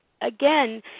again